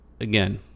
again